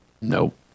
Nope